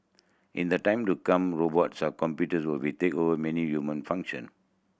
in the time to come robots are computers will be take over many human function